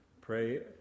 Pray